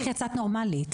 איך יצאת נורמלית?